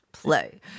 play